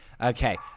Okay